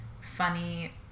Funny